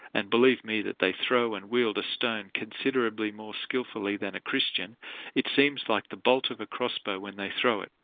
and believe me that they throw and wield a stone considerably more skilfully than a christian it seems like the bolt of a crossbow when they throw it.